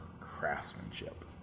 craftsmanship